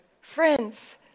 Friends